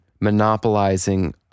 monopolizing